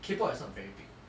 K pop is not very big